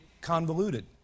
convoluted